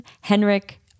henrik